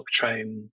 blockchain